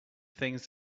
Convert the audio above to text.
things